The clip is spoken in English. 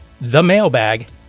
themailbag